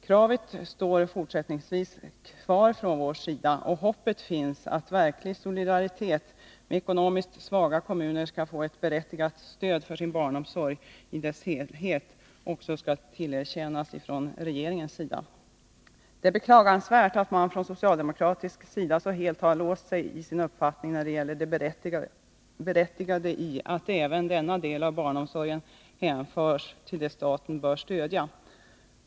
Kravet står fortsättningsvis kvar från vår sida. Hoppet finns att verklig solidaritet, så att svaga kommuner skall få ett berättigat stöd för sin barnomsorg i dess helhet, också skall visas från regeringens sida. Det är beklagansvärt att man på socialdemokratiskt håll så helt har låst sig i sin uppfattning när det gäller det berättigade i att även denna del av barnomsorgen hänförs till det staten bör stödja.